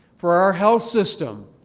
for our health system,